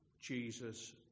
Jesus